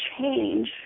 change